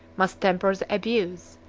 must temper the abuse,